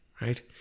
right